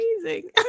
amazing